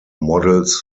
models